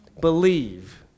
believe